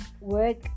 work